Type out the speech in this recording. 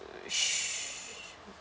shh